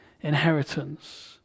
inheritance